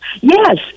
yes